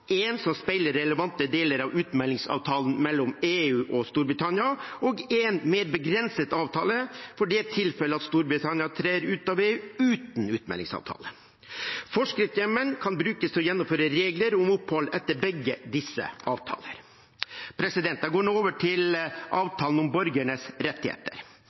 som speiler relevante deler av utmeldingsavtalen mellom EU og Storbritannia, og én med begrenset avtale for det tilfellet at Storbritannia trer ut av EU uten utmeldingsavtale. Forskriftshjemmelen kan brukes til å gjennomføre regler om opphold etter begge disse avtalene. Jeg går nå over til avtalen om borgernes rettigheter.